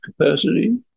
capacity